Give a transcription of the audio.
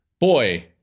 boy